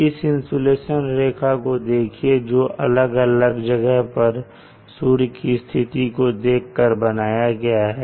इस इंसुलेशन रेखा को देखिए जो अलग अलग जगह पर सूर्य की स्थिति को देखकर बनाया गया है